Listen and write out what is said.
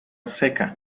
seca